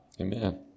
Amen